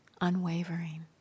unwavering